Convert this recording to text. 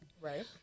Right